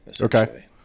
Okay